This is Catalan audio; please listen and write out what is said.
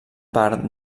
part